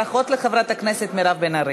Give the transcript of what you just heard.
ברכות לחברת הכנסת מירב בן ארי.